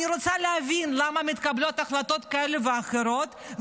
אני רוצה להבין למה מתקבלות החלטות כאלה ואחרות.